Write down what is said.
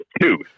two